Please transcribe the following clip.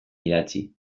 idatzi